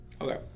Okay